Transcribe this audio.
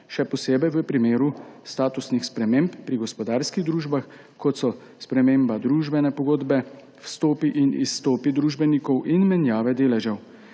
še posebej v primeru statusnih sprememb pri gospodarskih družbah, kot so sprememba družbene pogodbe, vstopi in izstopi družbenikov in menjave deležev.